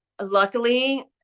luckily